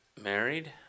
Married